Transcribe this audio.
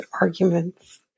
arguments